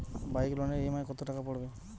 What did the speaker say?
Bike লোনের EMI কত টাকা পড়বে?